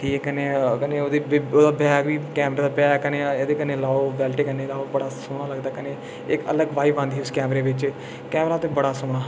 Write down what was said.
ते कन्नै ओह्दे कैमरे दा बैग बी एह्दे कन्नै लाओ बैल्ट कन्नै लाओ बड़ा सोह्ना लगदा इक्क अलग बाइव औंदी ही ओहदे बिच कैमरा ते बड़ा सोहना हा